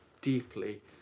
deeply